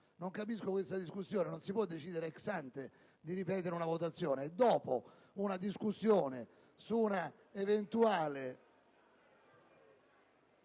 Non capisco questa discussione; non si può decidere *ex ante* di ripetere una votazione, ma dopo una discussione su una eventuale